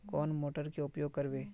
कौन मोटर के उपयोग करवे?